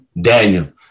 Daniel